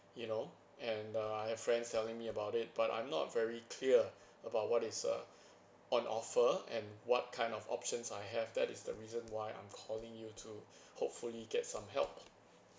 you know and uh I have friends telling me about it but I'm not very clear about what is uh on offer and what kind of options I have that is the reason why I'm calling you to hopefully get some help